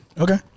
Okay